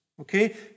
okay